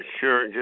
sure